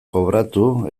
kobratu